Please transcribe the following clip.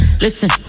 Listen